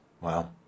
Wow